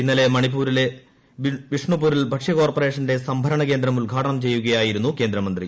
ഇന്നലെ മണിപ്പൂരിലെ ബിഷ്ണുപൂരിൽ ഭക്ഷ്യ കോർപ്പറേഷന്റെ സംഭരണ കേന്ദ്രം ഉദ്ഘാടനം ചെയ്യുകയായിരുന്നു കേന്ദ്രമന്ത്രി